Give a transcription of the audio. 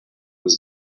was